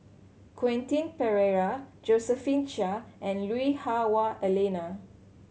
Quentin Pereira Josephine Chia and Lui Hah Wah Elena